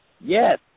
Yes